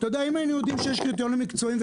אם היינו יודעים שיש קריטריונים מקצועיים,